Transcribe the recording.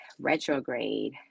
retrograde